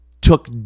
took